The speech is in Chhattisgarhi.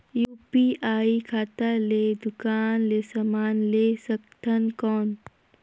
यू.पी.आई खाता ले दुकान ले समान ले सकथन कौन?